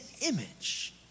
image